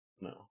No